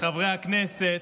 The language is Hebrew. חברי הכנסת,